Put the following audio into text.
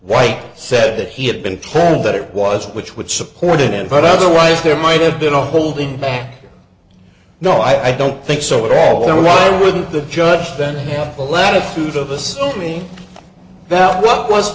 white said that he had been planned that it was which would support it but otherwise there might have been a holding back no i don't think so at all then why wouldn't the judge then have the latitude of assuming that what was